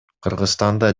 кыргызстанда